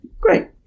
Great